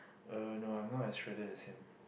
uh no I'm not as shredded as him